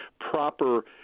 proper